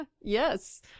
Yes